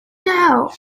know